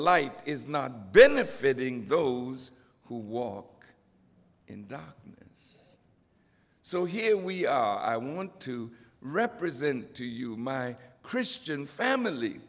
light is not benefiting those who walk in the so here we are i want to represent to you my christian family